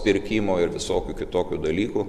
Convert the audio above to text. pirkimo ir visokių kitokių dalykų